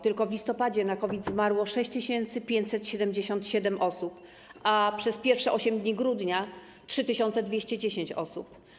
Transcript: Tylko w listopadzie na COVID zmarło 6577 osób, a przez pierwsze dni grudnia - 3210 osób.